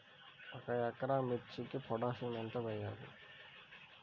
ఒక ఎకరా మిర్చీకి పొటాషియం ఎంత వెయ్యాలి?